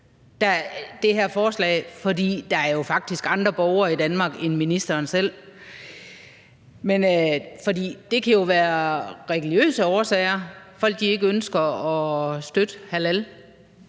er overflødigt, for der er jo faktisk andre borgere i Danmark end ministeren selv. For det kan jo være af religiøse årsager til, at folk ikke ønsker at støtte halal.